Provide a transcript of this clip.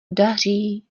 daří